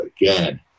again